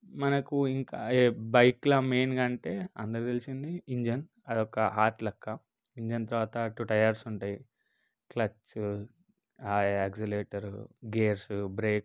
మనకు ఇంకా బైక్లో మెయిన్గా అంటే అందరికి తెలిసింది ఇంజన్ అదొక హార్డ్ లాగా ఇంజన్ తర్వాత టూ టయార్స్ ఉంటాయి క్లచ్ ఆక్సిలేటర్ గేర్స్ బ్రేక్